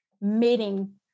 meeting